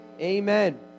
Amen